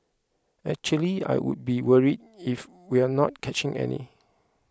actually I would be worried if we're not catching any